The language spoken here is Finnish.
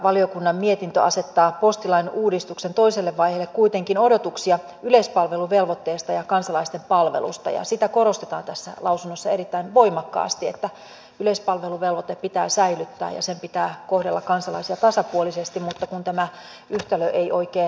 valiokunnan mietintö asettaa postilain uudistuksen toiselle vaiheelle kuitenkin odotuksia yleispalveluvelvoitteesta ja kansalaisten palvelusta ja sitä korostetaan tässä lausunnossa erittäin voimakkaasti että yleispalveluvelvoite pitää säilyttää ja sen pitää kohdella kansalaisia tasapuolisesti mutta kun tämä yhtälö ei oikein toimi